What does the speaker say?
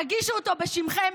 תגישו אותו בשמכם.